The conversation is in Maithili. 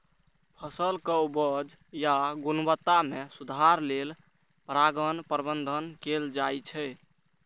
फसलक उपज या गुणवत्ता मे सुधार लेल परागण प्रबंधन कैल जाइ छै